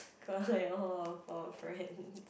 got like all of our friend